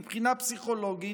מבחינה פסיכולוגית.